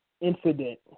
incident